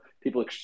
People